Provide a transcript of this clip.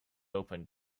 opened